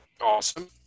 Awesome